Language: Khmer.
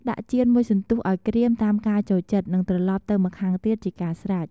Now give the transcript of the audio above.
ដាក់ចៀនមួយសន្ទុះឱ្យក្រៀមតាមការចូលចិត្ត និងត្រឡប់ទៅម្ខាងទៀតជាការស្រេច។